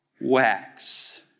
wax